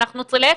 להיפך,